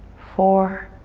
four,